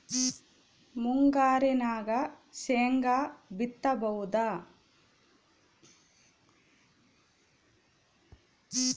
ಮುಂಗಾರಿನಾಗ ಶೇಂಗಾ ಬಿತ್ತಬಹುದಾ?